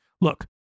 Look